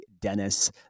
Dennis